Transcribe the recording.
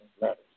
letters